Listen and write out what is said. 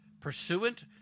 pursuant